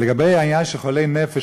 לגבי העניין של חולי נפש,